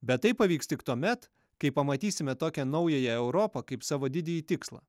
bet tai pavyks tik tuomet kai pamatysime tokią naująją europą kaip savo didįjį tikslą